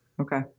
Okay